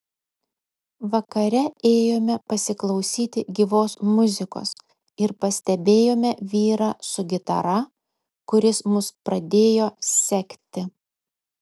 vakare ėjome pasiklausyti gyvos muzikos ir pastebėjome vyrą su gitara kuris mus pradėjo sekti